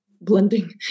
blending